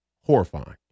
horrifying